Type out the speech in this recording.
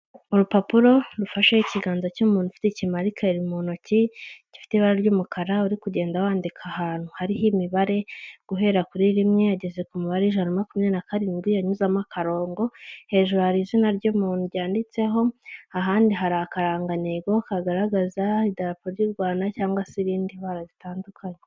Urupapuro rufasheho ikiganza cy'umuntu ufite ikimarikeri mu ntoki gifite ibara ry'umukara uri kugenda wandika ahantu hariho imibare guhera kuri rimwe, ageze ku mubare w’ijana na makumyabiri na karindwi anyuzamo akarongo, hejuru hari izina ry'umuntu ryanditseho, ahandi hari akarangantego kagaragaza idarapo ry'u Rwanda cyangwa se irindi bara ritandukanye.